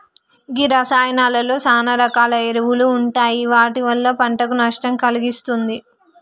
గీ రసాయానాలలో సాన రకాల ఎరువులు ఉంటాయి వాటి వల్ల పంటకు నష్టం కలిగిస్తుంది